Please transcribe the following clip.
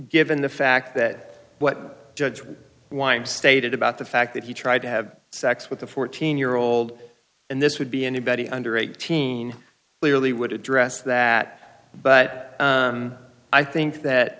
given the fact that what judge would wind stated about the fact that he tried to have sex with a fourteen year old and this would be anybody under eighteen clearly would address that but i think that